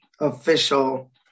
official